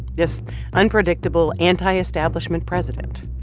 this unpredictable, anti-establishment president.